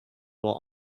while